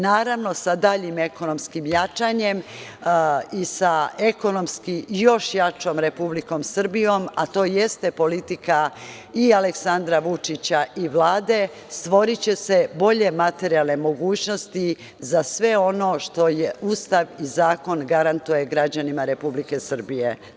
Naravno, sa daljim ekonomskim jačanjem i sa ekonomski još jačom Republikom Srbijom, a to jeste politika i Aleksandra Vučića i Vlade, stvoriće se bolje materijalne mogućnosti za sve ono što Ustav i zakon garantuje građanima Republike Srbije.